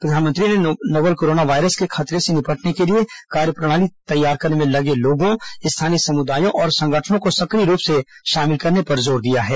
प्रधानमंत्री ने novel coronavirus के खतरे से निपटने के लिए कार्यप्रणाली तैयार करने में लोगों स्थानीय समुदायों और संगठनों को सक्रिय रूप से शामिल करने पर जोर दिया है